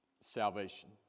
salvation